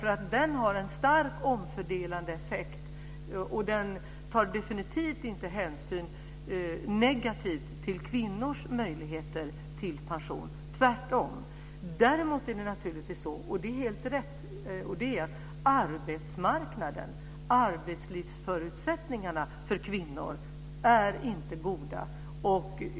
Den har en starkt omfördelande effekt. Den tar definitivt inte negativ hänsyn till kvinnors möjligheter till pension. Tvärtom! Däremot är arbetsmarknaden och arbetslivsförutsättningarna för kvinnorna inte goda.